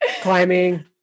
climbing